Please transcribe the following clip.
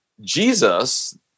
Jesus